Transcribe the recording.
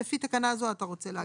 "לפי תקנה זו" אתה רוצה להגיד.